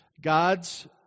God's